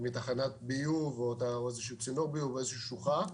מתחנת ביוב או מצינור ביוב או משוחה,